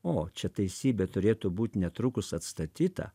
o čia teisybė turėtų būt netrukus atstatyta